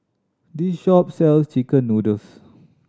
this shop sells chicken noodles